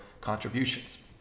contributions